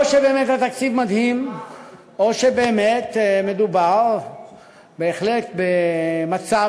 אבל או שבאמת התקציב מדהים או שבאמת מדובר בהחלט במצב